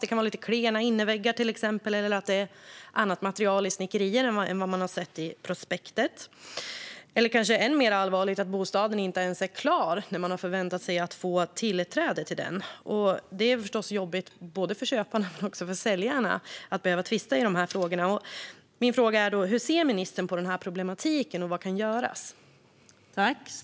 Det kan till exempel vara lite klena innerväggar eller att det är annat material i snickerierna än vad man har sett i prospektet. Det kan kanske vara än mer allvarligt som att bostaden inte ens är klar när man har förväntat sig att få tillträde till den. Det är förstås jobbigt både för köparna och också för säljarna att behöva tvista i de här frågorna. Min fråga är: Hur ser ministern på problematiken, och vad kan göras?